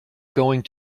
going